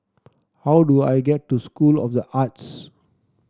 how do I get to School of the Arts